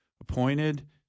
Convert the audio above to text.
appointed